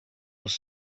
els